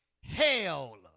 hell